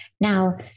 Now